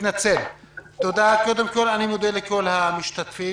קודם כל אני מודה לכל המשתתפים.